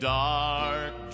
dark